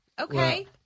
Okay